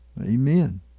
Amen